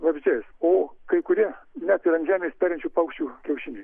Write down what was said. vabzdžiais o kai kurie net ir ant žemės perinčių paukščių kiaušiniais